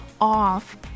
off